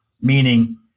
meaning